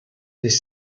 des